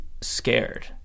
scared